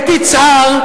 את יצהר,